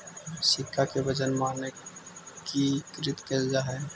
सिक्का के वजन मानकीकृत कैल जा हई